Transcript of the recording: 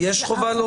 יש חובה להודיע?